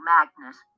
Magnus